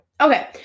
Okay